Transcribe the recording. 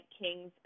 King's